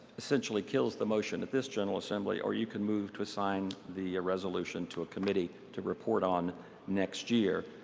essentially kills the motion at this general assembly. or you can move to assign the resolution to a committee to report on next year.